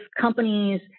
companies